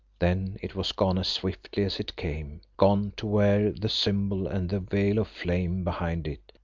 then it was gone as swiftly as it came. gone too were the symbol and the veil of flame behind it,